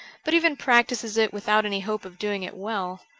but even practises it without any hope of doing it well.